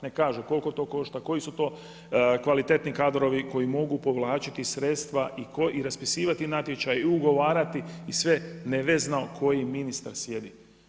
Neka kažu koliko to košta, koji su to kvalitetni kadrovi koji mogu povlačiti sredstva i raspisivati natječaj i ugovarati i sve nevezano koji ministar sjedi.